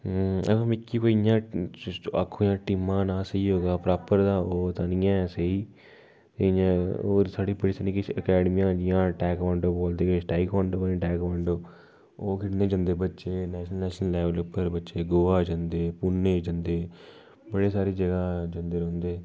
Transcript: अवा मिकी कोई इयां आखो कि टीमां ना इस सेही प्रापर तां ओह् तां नी ऐ सेही इ'यां होर साढ़ी किश ना किश अकैडमियां जियां टाई कमांडो बोलदे किश टई कमांडो ढई कमांडो ओह् खेढने गी बच्चे नेशनल लैवल उप्पर बच्चे गोवा जंदे पुणे जंदे बड़ी सारी जगह् जंदे रौंह्दे